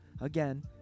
Again